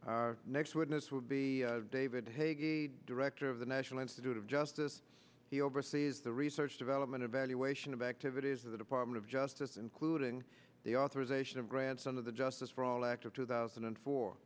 f next witness would be david haig a director of the national institute of justice he oversees the research development evaluation of activities of the department of justice including the authorization of grandson of the justice for all act of two thousand and